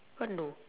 what no